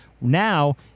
Now